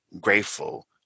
grateful